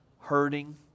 hurting